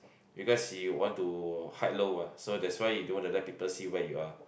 because he want to hide low ah so that's why he don't want to let people see where you are